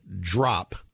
drop